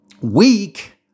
weak